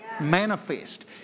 Manifest